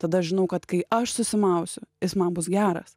tada žinau kad kai aš susimausiu jis man bus geras